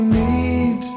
need